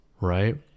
right